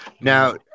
Now